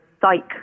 psych